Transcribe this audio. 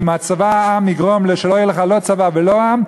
אם צבא העם יגרום שלא יהיה לא צבא ולא עם,